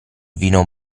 vino